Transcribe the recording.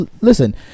listen